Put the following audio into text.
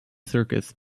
circus